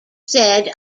said